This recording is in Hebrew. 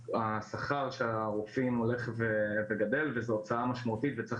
השכר של הרופאים הולך וגדל וזו הוצאה משמעותית וצריך